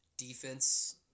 Defense